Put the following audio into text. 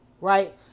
right